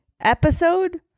episode